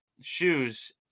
shoes